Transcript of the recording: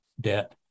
debt